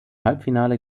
halbfinale